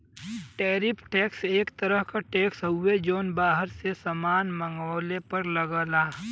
tariff tax एक तरह क टैक्स हउवे जौन बाहर से सामान मंगवले पर लगला